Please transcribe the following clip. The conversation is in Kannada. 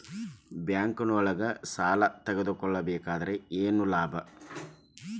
ಬ್ಯಾಂಕ್ನೊಳಗ್ ಸಾಲ ತಗೊಬೇಕಾದ್ರೆ ಏನ್ ಲಾಭ?